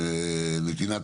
נתינת